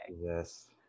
Yes